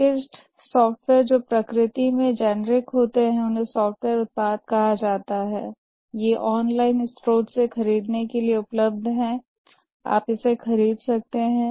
packaged software जो प्रकृति में जेनेरिक होते हैं उन्हें सॉफ्टवेयर उत्पाद कहा जाता है ये ऑनलाइन स्रोत से खरीदने के लिए उपलब्ध हैं आप इसे खरीद सकते हैं